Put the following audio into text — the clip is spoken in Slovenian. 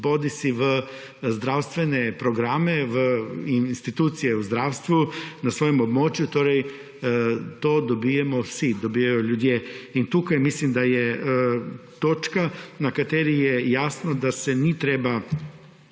bodisi v zdravstvene programe bodisi v institucije v zdravstvu na svojem območju. To torej dobimo vsi, dobijo ljudje. Tukaj mislim, da je točka, na kateri je jasno, da se ni treba